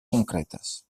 concretes